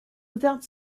without